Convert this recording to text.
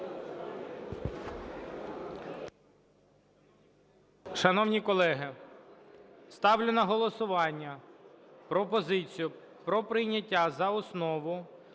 Шановні колеги, ставлю на голосування пропозицію про прийняття за основу